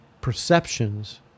perceptions